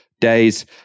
days